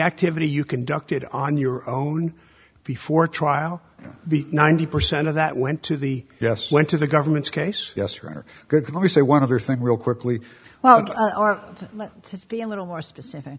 activity you conducted on your own before trial the ninety percent of that went to the yes went to the government's case yes roger good let me say one other thing real quickly well let me be a little more specific